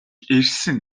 ирсэн